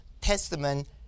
Testament